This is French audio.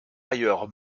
ailleurs